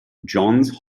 johns